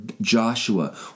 Joshua